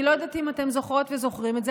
אני לא יודעת אם אתם זוכרות וזוכרים את זה,